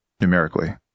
numerically